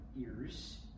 ears